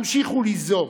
המשיכו ליזום.